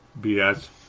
BS